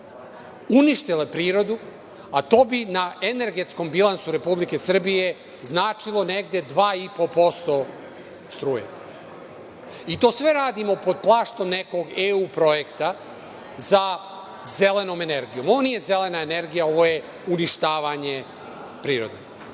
uništile prirodu, a to bi na energetskom bilansu Republike Srbije značilo negde 2,5% struje. To sve radimo pod plaštom nekog EU-projekta za zelenom energijom. Ovo nije zelena energija, ovo je uništavanje prirode. Građani